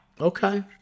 Okay